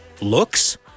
looks